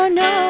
no